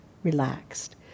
relaxed